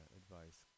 advice